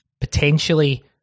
potentially